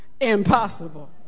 impossible